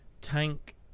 tank